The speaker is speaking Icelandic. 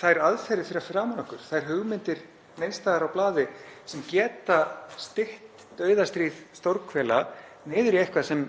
þær aðferðir fyrir framan okkur, þær hugmyndir neins staðar á blaði sem geta stytt dauðastríð stórhvela niður í eitthvað sem